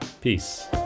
Peace